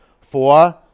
Four